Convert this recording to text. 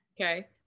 Okay